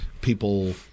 people